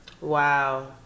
Wow